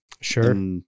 Sure